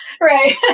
Right